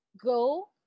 go